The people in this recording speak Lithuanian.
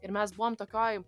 ir mes buvom tokioj